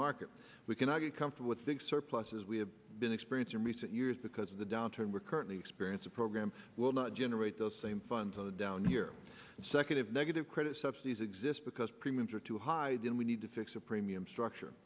market we cannot be comfortable at six or plus as we have been experience in recent years because of the downturn we're currently experience a program will not generate those same funds on the down here and second of negative credit subsidies exist because premiums are too high then we need to fix a premium structure